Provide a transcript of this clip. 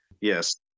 Yes